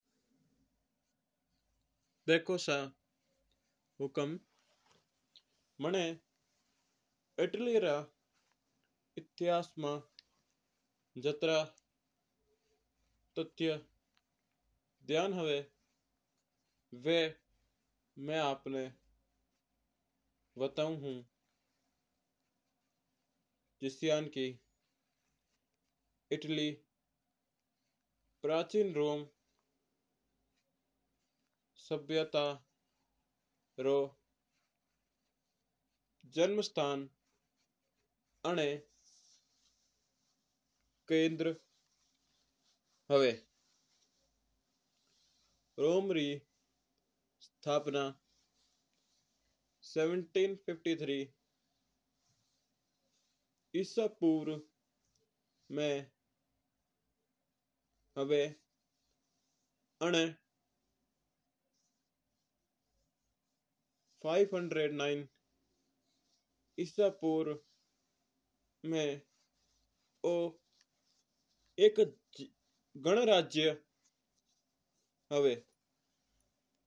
देखो सा हुकम मना इटली रा इतिहास रे तथ्य मना ध्यान है मै बताऊँ हूँ। जिस्यंन की इटली प्राचीन रोम सभ्यता को जन्म स्थान है और केन्द्र है। रोम री स्थापना सत्रह सौ तिहत्तर मै होवा आना पाँच सौ आठ एडी मै एक गणराज्य हुवा है।